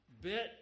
bit